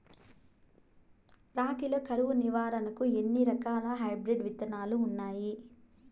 రాగి లో కరువు నివారణకు ఎన్ని రకాల హైబ్రిడ్ విత్తనాలు ఉన్నాయి